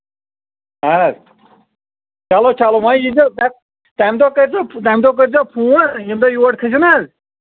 اَہَن حظ چلو چلو وۅنۍ یی زیٚو تَمہِ تَمہِ دۄہ کٔرۍزیو فون تَمہِ دۅہ کٔرۍزیٚو فون ییٚمہِ دۄہ یور کھٔسِو نہَ حظ